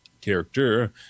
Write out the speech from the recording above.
character